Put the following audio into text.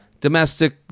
Domestic